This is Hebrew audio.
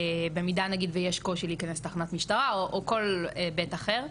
במידה ויש למשל קושי להיכנס לתחנת משטרה או כל היבט אחר,